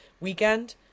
weekend